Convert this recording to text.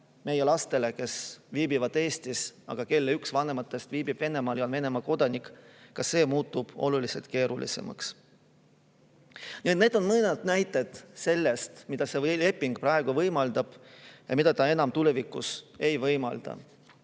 meie lastele, kes viibivad Eestis, aga kelle üks vanematest viibib Venemaal ja on Venemaa kodanik, kas see muutub oluliselt keerulisemaks. Need on mõned näited sellest, mida see leping praegu võimaldab ja mida ta enam tulevikus ei võimalda.